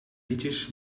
liedjes